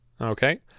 Okay